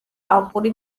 ალპური